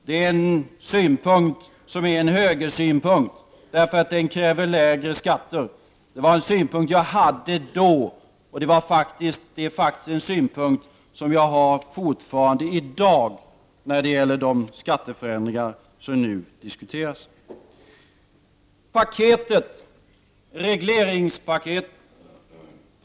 Det är en högersynpunkt, därför att det i den ingår krav på lägre skatter. Det var en synpunkt som jag då hade, och som jag fortfarande har, när det gäller de skatteförändringar som nu diskuteras.